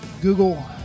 Google